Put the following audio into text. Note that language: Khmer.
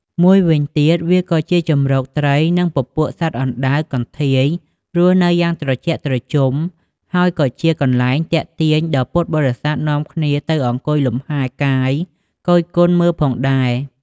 មួយវិញទៀត វាក៏ជាជម្រត្រី និងពពួកសត្វអណ្តើរ កន្ធាយ រស់នៅយ៉ាងត្រជាក់ត្រជំហើយក៏ជាកន្លែងទាក់ទាញដល់ពុទ្ធបរិស័ទនាំគ្នាទៅអង្គុយលំហែលកាយគយគន់មើលផងដែរ។